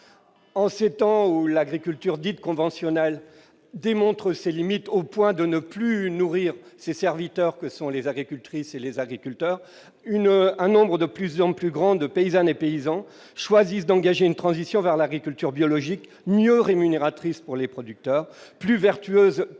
En ces temps où l'agriculture dite conventionnelle démontre ses limites au point de ne plus nourrir ses serviteurs, que sont les agricultrices et les agriculteurs une un nombre de plus en plus grande de paysannes et paysans choisissent d'engager une transition vers l'agriculture biologique mieux rémunératrice pour les producteurs plus vertueuses,